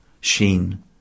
sheen